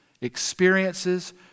experiences